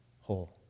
whole